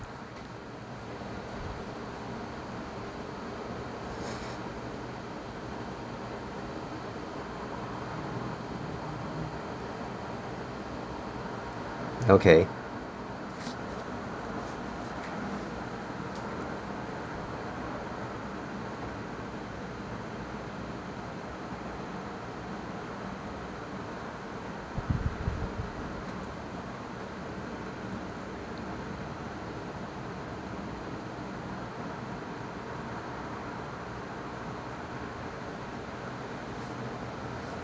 okay